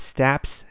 Steps